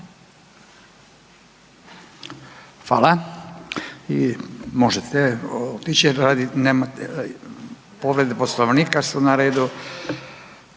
Hvala.